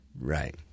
Right